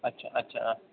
अच्छा अच्छा